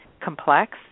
complex